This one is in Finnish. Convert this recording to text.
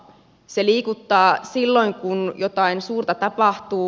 se liikuttaa silloin kun jotain suurta tapahtuu